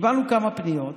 קיבלנו כמה פניות.